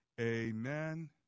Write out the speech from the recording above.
amen